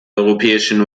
europäischen